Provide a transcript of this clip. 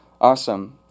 Awesome